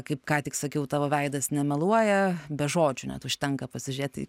kaip ką tik sakiau tavo veidas nemeluoja be žodžių net užtenka pasižiūrėti